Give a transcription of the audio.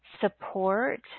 support